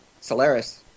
Solaris